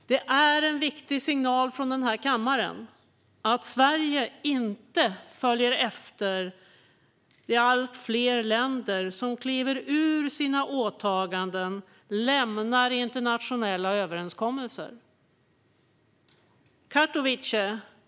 Det är en viktig signal från denna kammare att Sverige inte följer efter de allt fler länder som kliver ur sina åtaganden och lämnar internationella överenskommelser.